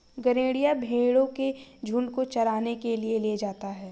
गरेड़िया भेंड़ों के झुण्ड को चराने के लिए ले जाता है